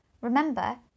Remember